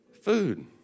food